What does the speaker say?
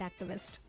activist